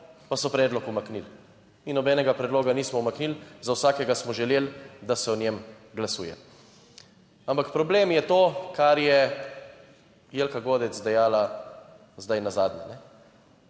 pa so predlog umaknili. In nobenega predloga nismo umaknili, za vsakega smo želeli, da se o njem glasuje. Ampak problem je to, kar je Jelka Godec dejala zdaj nazadnje.